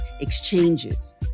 exchanges